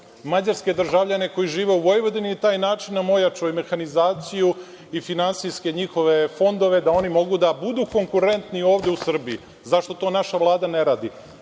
mađarske državljane koji žive u Vojvodini i na taj način nam ojačao i mehanizaciju i finansijske njihove fondove, da oni mogu da budu konkurentni ovde u Srbiji. Zašto to naša Vlada ne radi? Evo,